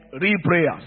re-prayers